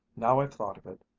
now i've thought of it,